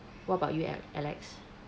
what about you a~ alex